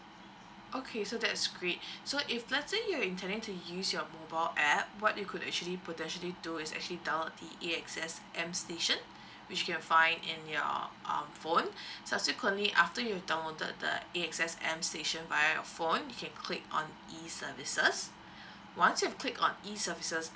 okay so that's great so if let's say you're intending to use your mobile app what you could actually potentially do is actually download the AXS M station which you can find in your um phone subsequently after you have downloaded the AXS M station via your phone you can click on E services once you have clicked on E services